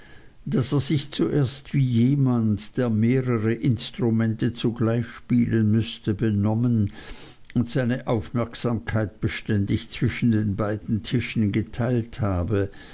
daß er sich zuerst wie jemand der mehrere instrumente zugleich spielen müßte benommen und seine aufmerksamkeit beständig zwischen den beiden tischen geteilt habe